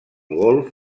golf